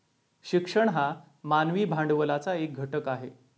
शिक्षण हा मानवी भांडवलाचा एक घटक आहे